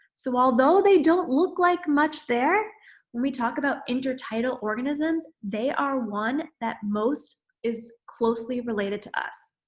so, although they don't look like much there, when we talk about intertidal organisms they are one that most is closely related to us.